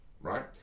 right